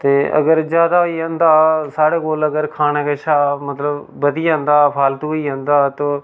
ते अगर जैदा होई जंदा साढ़े कोल अगर खाने कशा मतलब बधी जंदा फालतू होई जंदा तो